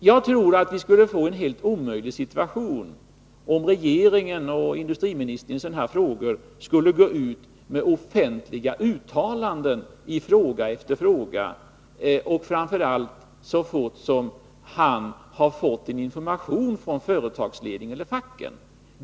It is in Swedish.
Jag tror att vi skulle få en helt omöjlig situation om regeringen och industriministern i sådana här sammanhang skulle gå ut med offentliga uttalanden i fråga efter fråga så fort man har fått en information från företagsledningen eller facken.